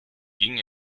ging